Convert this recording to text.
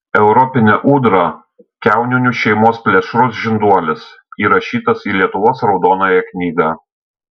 europinė ūdra kiauninių šeimos plėšrus žinduolis įrašytas į lietuvos raudonąją knygą